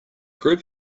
group